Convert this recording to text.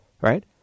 right